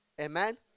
Amen